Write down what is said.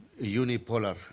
unipolar